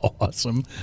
awesome